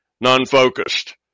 non-focused